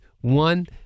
One